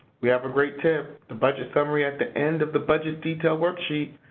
we have a great tip. the budget summary at the end of the budget detail worksheet,